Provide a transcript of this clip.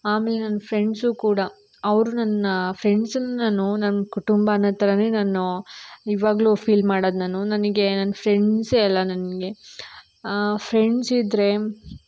ಆಮೇಲೆ ನನ್ನ ಫ್ರೆಂಡ್ಸೂ ಕೂಡ ಅವ್ರು ನನ್ನ ಫ್ರೆಂಡ್ಸನ್ನು ನಾನು ನನ್ನ ಕುಟುಂಬ ಅನ್ನೋ ಥರವೇ ನಾನು ಇವಾಗಲೂ ಫೀಲ್ ಮಾಡೋದ್ ನಾನು ನನಗೆ ನನ್ನ ಫ್ರೆಂಡ್ಸೇ ಎಲ್ಲ ನನಗೆ ಫ್ರೆಂಡ್ಸಿದ್ದರೆ